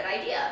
idea